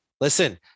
listen